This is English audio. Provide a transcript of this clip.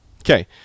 Okay